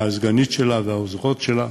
והסגנית שלה והעוזרות שלה,